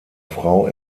frau